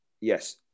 yes